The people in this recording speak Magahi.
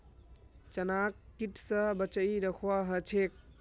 चनाक कीट स बचई रखवा ह छेक